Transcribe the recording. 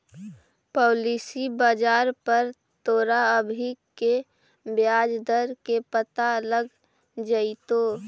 policy बाजार पर तोरा अभी के ब्याज दर के पता लग जाइतो